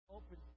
open